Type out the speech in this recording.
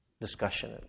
discussion